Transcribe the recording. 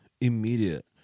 immediate